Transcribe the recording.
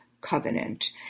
Covenant